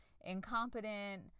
incompetent